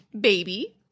Baby